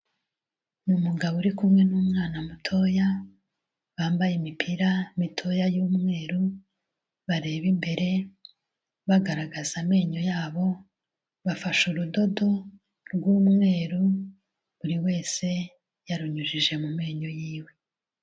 Ni umugabo uri kumwe n'umwana mutoya, bambaye imipira mitoya y'umweru bareba imbere bagaragaza amenyo yabo, bafashe urudodo rw'umweru buri wese yarunyujije mu menyo yiwe.